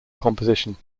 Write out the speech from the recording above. composition